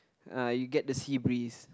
uh you get the sea breeze